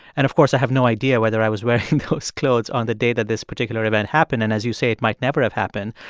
and, of course, i have no idea whether i was wearing those clothes on the day that this particular event happened. and as you say, it might never have happened.